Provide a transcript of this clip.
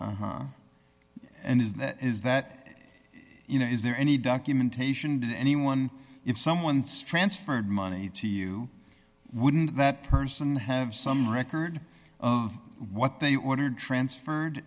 indeed and is that is that you know is there any documentation that anyone if someone's transferred money to you wouldn't that person have some record of what they ordered transferred